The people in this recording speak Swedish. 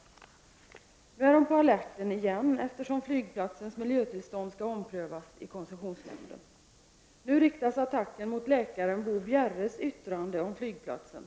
Nu är företagen på alerten igen, eftersom flygplatsens miljötillstånd skall omprövas i koncessionsnämnden. Nu riktas attacken mot läkaren Bo Bjerres yttrande om flygplatsen.